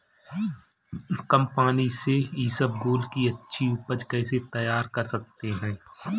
कम पानी से इसबगोल की अच्छी ऊपज कैसे तैयार कर सकते हैं?